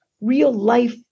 real-life